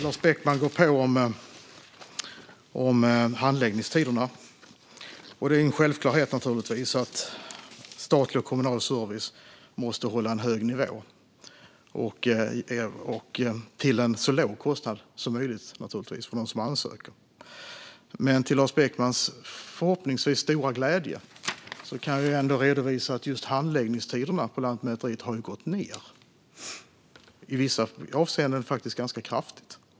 Lars Beckman går på om handläggningstiderna. Det är en självklarhet att statlig och kommunal service måste hålla hög nivå, naturligtvis till så låg kostnad som möjligt för dem som ansöker. Men till Lars Beckmans förhoppningsvis stora glädje kan jag ändå redovisa att just handläggningstiderna på Lantmäteriet har gått ned, i vissa avseenden faktiskt ganska kraftigt.